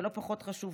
ולא פחות חשוב,